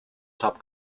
top